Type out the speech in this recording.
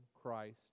Christ